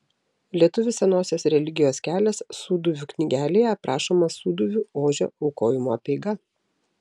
lietuvių senosios religijos kelias sūduvių knygelėje aprašoma sūduvių ožio aukojimo apeiga